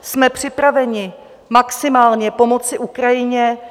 Jsme připraveni maximálně pomoci Ukrajině.